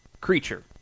creature